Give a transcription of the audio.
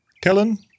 Kellen